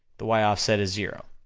the y offset is zero.